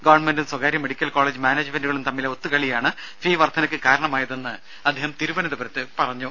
ഗവൺമെന്റും സ്വകാര്യ medical college മാനേജ്മെന്റുകളും തമ്മിലെ ഒത്തുകളിയാണ് ഫീസ് വർദ്ധനയ്ക്ക് കാരണമായതെന്ന് അദ്ദേഹം തിരുവനന്തപുരത്ത് പറഞ്ഞു